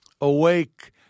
Awake